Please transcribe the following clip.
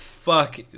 fuck